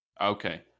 okay